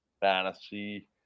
fantasy